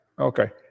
okay